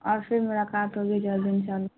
اور پھر ملاقات ہوگی جلد ان شاء اللہ